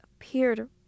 appeared